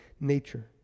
nature